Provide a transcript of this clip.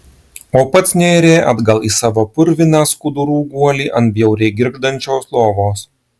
o pats nėrė atgal į savo purvinų skudurų guolį ant bjauriai girgždančios lovos